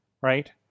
right